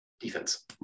defense